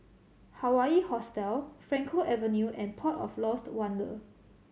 Hawaii Hostel Frankel Avenue and Port of Lost Wonder